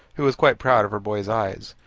who was quite proud of her boy's eyes,